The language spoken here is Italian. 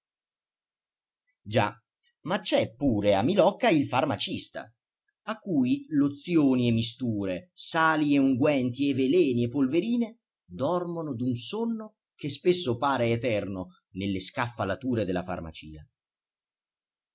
già ma c'è pure a milocca il farmacista a cui lozioni e misture sali e unguenti e veleni e polverine dormono d'un sonno che spesso pare eterno nelle scaffalature della farmacia